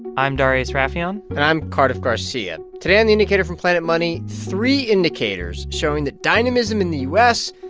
i'm darius rafieyan and i'm cardiff garcia. today on the indicator from planet money, three indicators showing that dynamism in the u s.